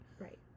Right